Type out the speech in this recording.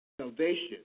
Salvation